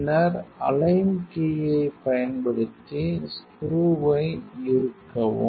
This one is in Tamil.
பின்னர் அலைன் கீயை பயன்படுத்தி ஸ்குருவை இறுக்கவும்